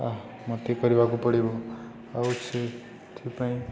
ମୋତେ କରିବାକୁ ପଡ଼ିବ ଆଉ ସେଇଥିପାଇଁ